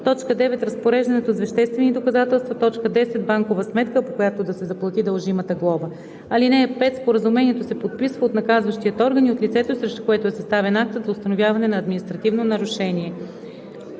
9. разпореждането с веществените доказателства; 10. банкова сметка, по която да се заплати дължимата глоба. (5) Споразумението се подписва от наказващия орган и от лицето, срещу което е съставен актът за установяване на административно нарушение.